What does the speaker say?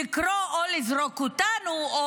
לקרוא לזרוק אותנו,